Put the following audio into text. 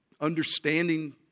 understanding